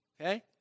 Okay